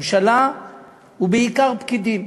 ממשלה ובעיקר פקידים,